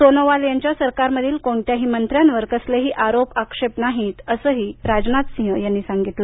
सोनोवाल यांच्या सरकारमधील कोणत्याही मंत्र्यावर कसलेही आरोप आक्षेप नाहीत असंही त्यांनी सांगितलं